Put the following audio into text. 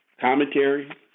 Commentary